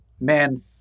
man